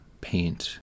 paint